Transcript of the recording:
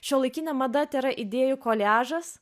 šiuolaikinė mada tėra idėjų koliažas